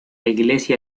iglesia